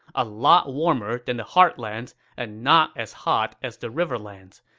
a lot warmer than the heartlands, and not as hot as the riverlands.